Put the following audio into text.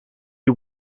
you